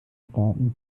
braten